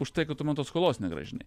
užtai kad tu man tos skolos negrąžinai